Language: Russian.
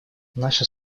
наша